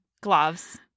gloves